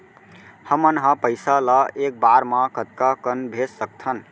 हमन ह पइसा ला एक बार मा कतका कन भेज सकथन?